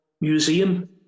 museum